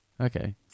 Okay